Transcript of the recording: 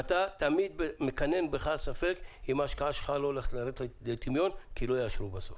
תמיד מכנן בך הספק אם ההשקעה שלך לא עומדת לרדת לטמיון כי לא יהיה שוק.